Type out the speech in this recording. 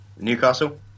Newcastle